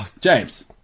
James